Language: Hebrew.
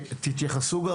תתייחסו גם,